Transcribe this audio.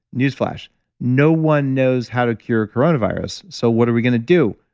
news flash no one knows how to cure a coronavirus, so what are we going to do?